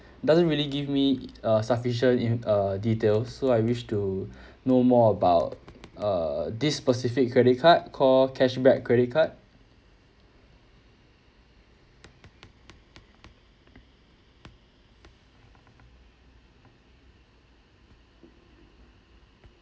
it doesn't really give me uh sufficient in uh details so I wish to know more about err this specific credit card call cashback credit card